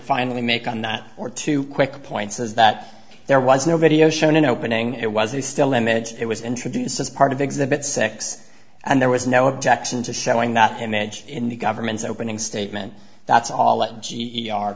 finally make on that or two quick points is that there was no video shown in opening it was a still image it was introduced as part of exhibit six and there was no objection to showing that image in the government's opening statement that's all that